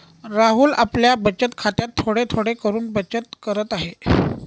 राहुल आपल्या बचत खात्यात थोडे थोडे करून बचत करत आहे